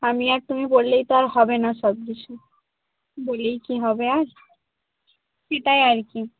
আমি আর তুমি বললেই তো আর হবে না সব কিছু বলেই কি হবে আর সেটাই আর কি